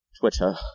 Twitter